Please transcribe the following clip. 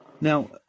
Now